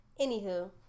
Anywho